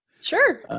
sure